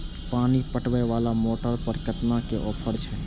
पानी पटवेवाला मोटर पर केतना के ऑफर छे?